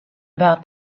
about